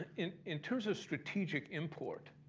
in in terms of strategic import